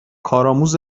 کارآموز